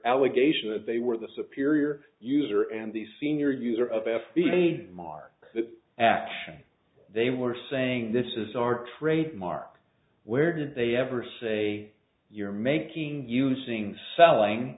allegation that they were the superior user and the senior user of f b i mark that actually they were saying this is our trademark where did they ever say you're making using selling